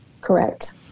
correct